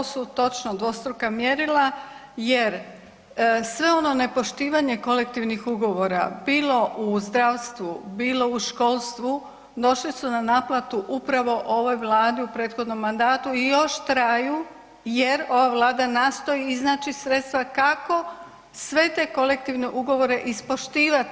Da, to su točno dvostruka mjerila jer sve ono nepoštivanje kolektivnih ugovora bilo u zdravstvu, bilo u školstvu došli su na naplatu upravo ovoj Vladi u prethodnom mandatu i još traju jer ova Vlada nastoji iznaći sredstva kako sve te kolektivne ugovore ispoštivati.